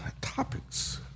topics